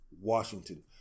Washington